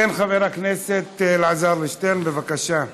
חבר הכנסת אלעזר שטרן, בבקשה.